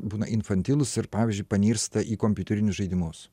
būna infantilūs ir pavyzdžiui panirsta į kompiuterinius žaidimus